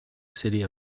city